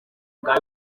bwa